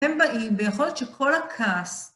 הם באים, ויכול להיות שכל הכעס